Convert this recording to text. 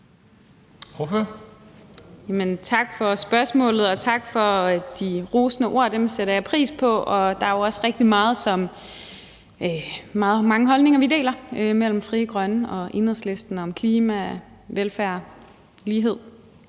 (EL): Tak for spørgsmålet, og tak for de rosende ord. Dem sætter jeg pris på. Der er jo også rigtig mange holdninger, Frie Grønne og Enhedslisten deler, hvad angår klima, velfærd og lighed.